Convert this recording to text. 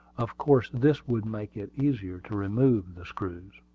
of course this would make it easier to remove the screws.